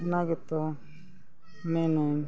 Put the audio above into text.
ᱚᱱᱟ ᱜᱮᱛᱚ ᱢᱮᱱᱟᱹᱧ